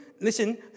listen